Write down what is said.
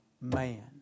man